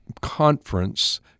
conference